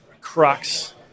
crux